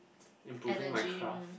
improving my craft